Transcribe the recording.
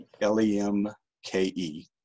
L-E-M-K-E